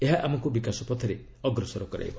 ଏହା ଆମକୁ ବିକାଶ ପଥରେ ଅଗ୍ରସର କରାଇବ